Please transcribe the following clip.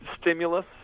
stimulus